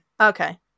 okay